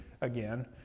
again